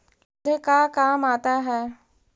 पौधे का काम आता है?